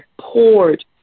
poured